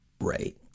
Right